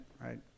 right